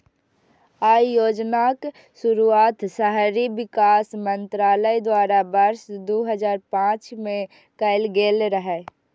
अय योजनाक शुरुआत शहरी विकास मंत्रालय द्वारा वर्ष दू हजार पांच मे कैल गेल रहै